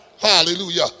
Hallelujah